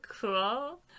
cool